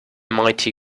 mighty